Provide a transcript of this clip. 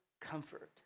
comfort